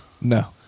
No